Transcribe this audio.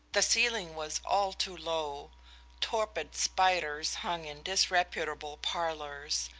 the ceiling was all too low torpid spiders hung in disreputable parlors,